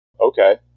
Okay